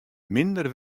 minder